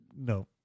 No